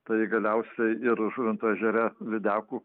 tai galiausiai ir žuvinto ežere lydekų